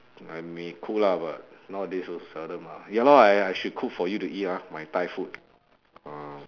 I may cook lah but nowadays also seldom lah ya lor I I should cook for you eat ah my Thai food uh